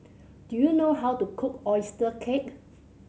do you know how to cook oyster cake